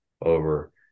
over